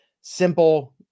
simple